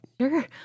Sure